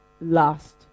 last